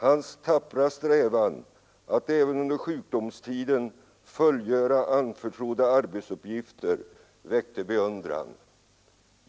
Hans tappra strävan att även under sjukdomstiden fullgöra anförtrodda arbetsuppgifter väckte beundran.